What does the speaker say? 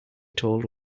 told